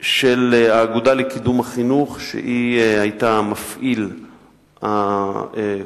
של האגודה לקידום החינוך, שהיתה המפעיל הקודם.